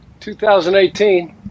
2018